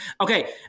Okay